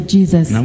Jesus